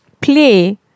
play